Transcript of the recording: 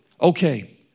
okay